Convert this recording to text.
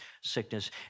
sickness